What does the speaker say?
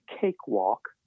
Cakewalk